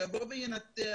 שיעבור וינתח